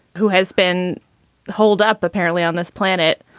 who has been holed up apparently on this planet,